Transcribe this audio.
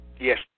Yes